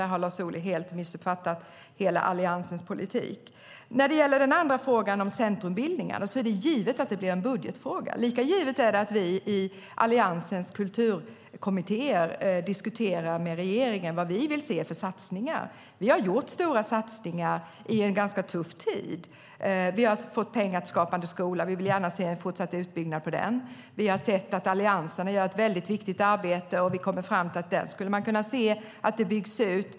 Där har Lars Ohly helt missuppfattat Alliansens hela politik. När det gäller den andra frågan, om centrumbildningarna, är det givet att det blir en budgetfråga. Lika givet är det att vi i Alliansens kulturkommittéer diskuterar med regeringen vad vi vill se för satsningar. Vi har gjort stora satsningar i en ganska tuff tid. Vi har alltså fått pengar till Skapande skola. Vi vill gärna se en fortsatt utbyggnad av den. Vi har sett att allianserna gör ett väldigt viktigt arbete, och vi har kommit fram till att man där skulle kunna se att det byggs ut.